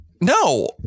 no